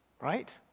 right